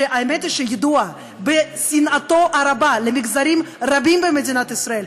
שהאמת היא שהוא ידוע בשנאתו הרבה למגזרים רבים במדינת ישראל.